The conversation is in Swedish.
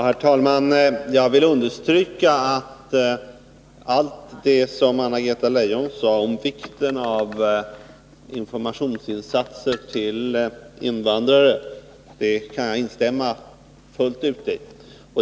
Herr talman! Jag vill understryka att allt det som Anna-Greta Leijon sade om vikten av information till invandrare kan jag instämma fullt ut i.